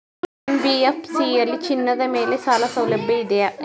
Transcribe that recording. NBFC ಯಲ್ಲಿ ಚಿನ್ನದ ಮೇಲೆ ಸಾಲಸೌಲಭ್ಯ ಇದೆಯಾ?